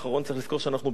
צריך לזכור שאנחנו ביולי,